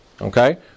okay